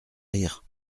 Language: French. rire